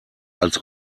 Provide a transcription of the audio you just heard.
als